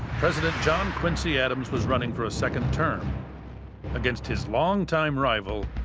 president john quincy adams was running for a second term against his longtime rival,